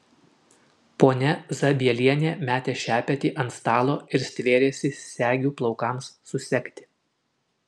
ponia zabielienė metė šepetį ant stalo ir stvėrėsi segių plaukams susegti